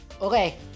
Okay